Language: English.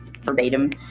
verbatim